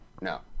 No